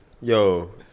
Yo